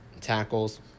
tackles